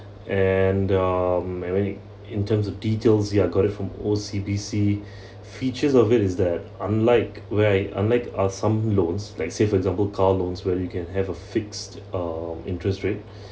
and um my [one] in in terms of details yeah got it from O_C_B_C features of it is that unlike where unlike uh some loans like say for example car loans where you can have a fixed um interest rates